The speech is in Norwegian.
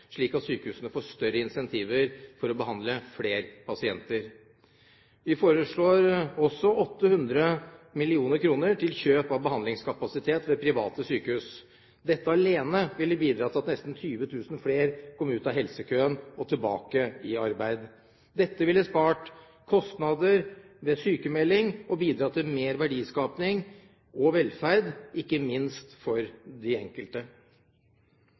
slik at sykehusene får større incentiver for å behandle flere pasienter. Vi foreslår også 800 mill. kr til kjøp av behandlingskapasitet ved private sykehus. Dette alene ville ha bidratt til at nesten 20 000 flere kom ut av helsekøen og tilbake i arbeid. Dette ville ha spart kostnader ved sykmelding og bidratt til mer verdiskaping og velferd, ikke minst for den enkelte.